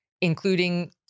including